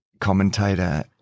commentator